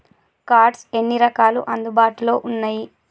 Cards ఎన్ని రకాలు అందుబాటులో ఉన్నయి?